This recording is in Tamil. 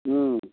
ம்